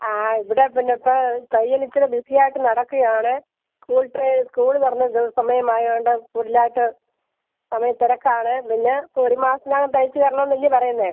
ആ ആ ഇവിടെ പിന്നെ ഇപ്പോൾ തയ്യൽ ഇച്ചിരി ബിസിയായിട്ട് നടക്കുകയാണ് സ്കൂൾ ടെ സ്കൂള് തുറന്ന ദിവസം ആയത് കൊണ്ട് കൂടുതലായിട്ട് സമയം തിരക്കാണ് പിന്നെ ഒരു മാസത്തിനകം തയ്ച്ച് തരണം എന്നല്ലേ പറയുന്നത്